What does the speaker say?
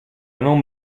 non